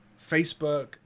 Facebook